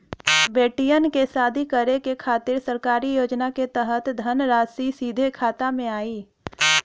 बेटियन के शादी करे के खातिर सरकारी योजना के तहत धनराशि सीधे खाता मे आई?